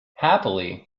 happily